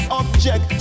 object